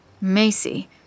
Macy